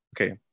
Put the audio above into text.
Okay